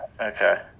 Okay